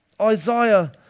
Isaiah